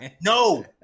No